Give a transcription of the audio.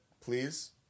please